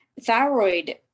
Thyroid